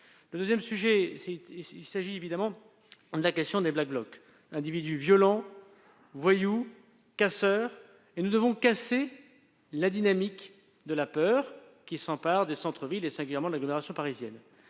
Vous soulevez également la question des Black Blocs, ces individus violents, voyous et casseurs. Nous devons casser la dynamique de la peur qui s'empare des centres-villes et, singulièrement, de l'agglomération parisienne.